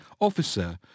officer